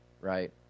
right